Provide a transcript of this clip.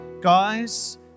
Guys